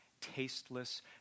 tasteless